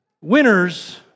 Winners